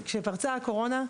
כשפרצה הקורונה,